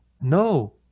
No